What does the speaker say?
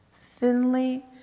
thinly